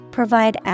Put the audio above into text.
Provide